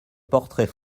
portrait